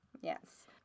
Yes